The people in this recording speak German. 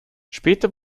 später